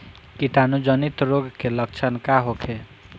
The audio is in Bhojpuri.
कीटाणु जनित रोग के लक्षण का होखे?